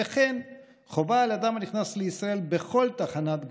וכן חובה על אדם הנכנס לישראל בכל תחנת גבול,